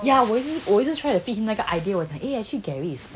yeah 我也是我一直 try to feed 那个 idea eh actually gary is not